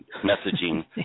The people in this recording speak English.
messaging